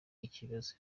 ikibazo